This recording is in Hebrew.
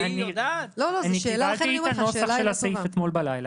אני קיבלתי את הנוסח של הסעיף הזה אתמול בלילה